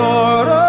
Lord